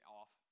off